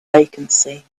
vacancy